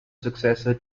successor